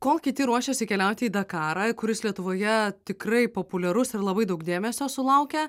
kol kiti ruošiasi keliauti į dakarą kuris lietuvoje tikrai populiarus ir labai daug dėmesio sulaukia